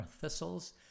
thistles